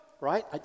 Right